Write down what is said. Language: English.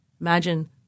imagine